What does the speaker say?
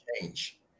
change